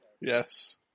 yes